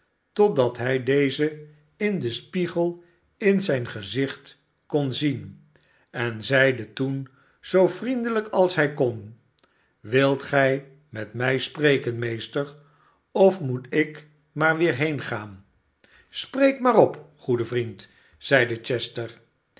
totdat hij dezen in den spiegel in zijn gezicht kon zien en zeide toen zoo vriendehjk als hij kon wilt gij met mij spreken meester of moet ik maar weer heengaan sspreek maar op goede vriend zeide chester